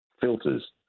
filters